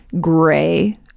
Gray